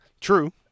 True